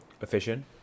efficient